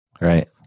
right